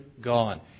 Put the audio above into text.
gone